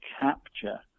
capture